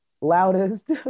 loudest